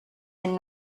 and